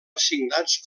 assignats